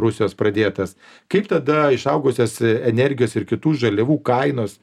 rusijos pradėtas kaip tada išaugusios energijos ir kitų žaliavų kainos